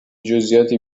جزییات